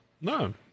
No